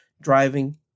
driving